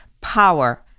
power